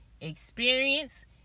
experience